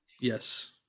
yes